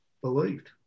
believed